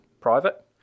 private